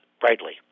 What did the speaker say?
brightly